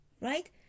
right